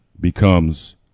becomes